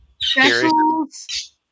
specials